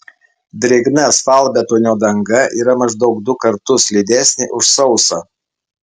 drėgna asfaltbetonio danga yra maždaug du kartus slidesnė už sausą